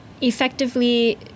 effectively